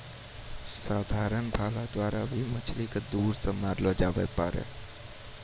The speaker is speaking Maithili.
साधारण भाला द्वारा भी मछली के दूर से मारलो जावै पारै